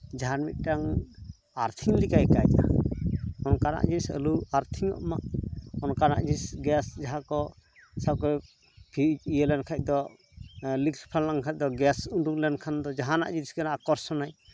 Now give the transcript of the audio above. ᱡᱟᱦᱟᱸ ᱢᱤᱫᱴᱟᱝ ᱟᱨᱛᱷᱤᱝ ᱞᱮᱠᱟ ᱟᱹᱭᱠᱟᱹᱜᱼᱟ ᱚᱱᱠᱟᱱᱟᱜ ᱡᱤᱱᱤᱥ ᱟᱞᱚ ᱟᱨᱛᱷᱤᱝ ᱚᱜ ᱢᱟ ᱚᱱᱠᱟᱱᱟᱜ ᱜᱮᱥ ᱡᱟᱦᱟᱸ ᱠᱚ ᱯᱷᱤᱭᱩᱡᱽ ᱤᱭᱟᱹ ᱞᱮᱱᱠᱷᱟᱡ ᱫᱚ ᱞᱤᱝ ᱞᱮᱱᱠᱷᱟᱱ ᱫᱚ ᱜᱮᱥ ᱩᱰᱩᱠ ᱞᱮᱱ ᱠᱷᱟᱱ ᱫᱚ ᱡᱟᱦᱟᱱᱟᱜ ᱡᱤᱱᱤᱥᱜᱮ ᱟᱠᱚᱨᱥᱚᱱᱟᱭ